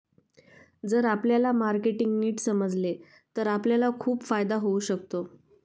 जर आपल्याला मार्केटिंग नीट समजले तर आपल्याला खूप फायदा होऊ शकतो